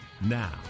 Now